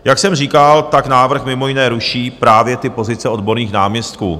Jak jsem říkal, tak návrh mimo jiné ruší právě ty pozice odborných náměstků.